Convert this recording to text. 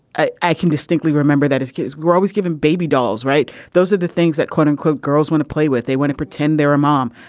ah i can distinctly remember that his kids were always given baby dolls right. those are the things that quote unquote girls want to play with they want to pretend they're a mom.